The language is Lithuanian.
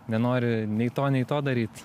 nenori nei to nei to daryt